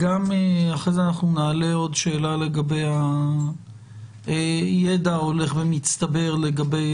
אחר כך נעלה עוד שאלה לגבי הידע ההולך ומצטבר לגבי